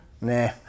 nah